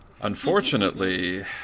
Unfortunately